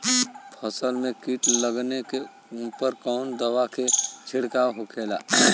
फसल में कीट लगने पर कौन दवा के छिड़काव होखेला?